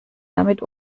damit